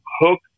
Hook